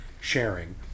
sharing